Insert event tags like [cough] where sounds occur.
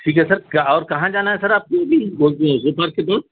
ٹھیک ہے سر کیا اور کہاں جانا ہے سر آپ [unintelligible]